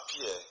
appear